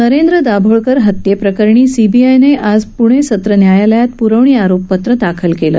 नरेंद्र दाभोळकर हत्येप्रकरणी सीबीआयनं आज पूणे सत्र न्यायालयात प्रवणी आरोपपत्र दाखल केलं